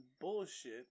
bullshit